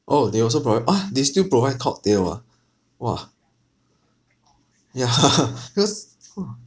oh they also provide ah they still provide cocktail ah !wah! yeah !huh! !huh! because oh